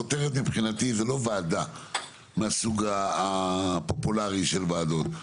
הכותרת מבחינתי זה לא ועדה מהסוג הפופולרי של ועדות,